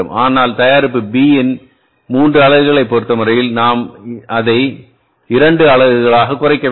ஆனால் தயாரிப்பு B இன் 3 அலகுகளைப் பொறுத்தவரை நாம் அதை B இன் 2 அலகுகளாகக் குறைக்க வேண்டும்